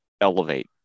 elevate